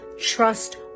Trust